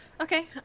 Okay